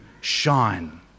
shine